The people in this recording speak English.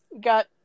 got